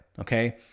okay